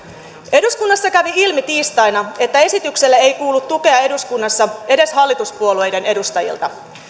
eduskunnassa kävi ilmi tiistaina että esitykselle ei kuulu tukea eduskunnassa edes hallituspuolueiden edustajilta